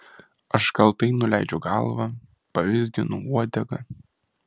aš kaltai nuleidžiu galvą pavizginu uodegą